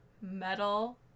metal